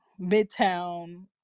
Midtown